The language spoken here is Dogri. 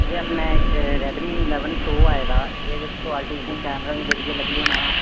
एह् अपना इक रैडमी इलैवन प्रो आए दा एह्दे च क्वालटी तुसें ई कैमरा बी बधिया लब्भी जाना